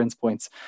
points